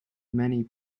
many